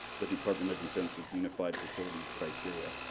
the department of defense's unified facilities criteria.